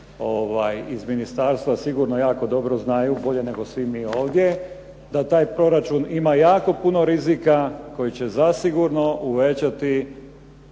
iz ministarstva sigurno jako dobro znaju bolje nego mi svi ovdje da taj proračun ima jako puno rizika koji će zasigurno uvećati